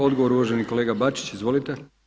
Odgovor uvaženi kolega Bačić, izvolite.